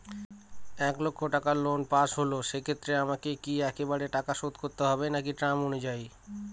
এক লাখ টাকা loan pass হল সেক্ষেত্রে আমাকে কি একবারে টাকা শোধ করতে হবে নাকি টার্ম অনুযায়ী?